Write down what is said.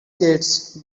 skates